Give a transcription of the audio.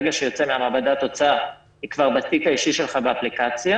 ברגע שיוצאת מהמעבדה התוצאה היא כבר בתיק האישי שלך באפליקציה